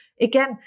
Again